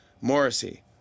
Morrissey